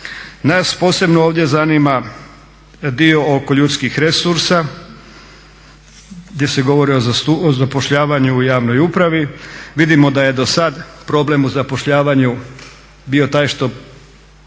Nas posebno ovdje zanima dio oko ljudskih resursa gdje se govori o zapošljavanju u javnoj upravi. Vidimo da je dosad problem u zapošljavanju bio taj što